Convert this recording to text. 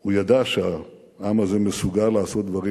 הוא ידע שהעם הזה מסוגל לעשות דברים